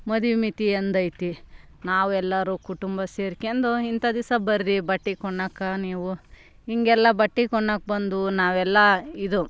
ಮದುವೆ ಮಿತಿ ಎಂದೈತಿ ನಾವೆಲ್ಲರು ಕುಟುಂಬ ಸೇರ್ಕೆಂಡು ಇಂಥ ದಿವಸ ಬರ್ರೀ ಬಟ್ಟೆ ಕೊಳ್ಳಾಕ ನೀವು ಹಿಂಗೆಲ್ಲ ಬಟ್ಟೆ ಕೊಳ್ಳಾಕ್ ಬಂದು ನಾವೆಲ್ಲ ಇದು